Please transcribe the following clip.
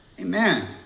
amen